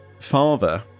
father